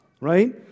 right